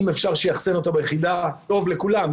אם אפשר שיאכסן אותו ביחידה זה טוב לכולם,